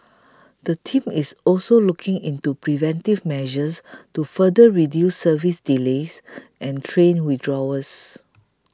the team is also looking into preventive measures to further reduce service delays and train withdrawals